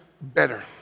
better